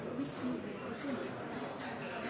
at den er